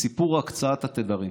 סיפור הקצאת התדרים.